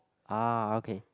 ah okay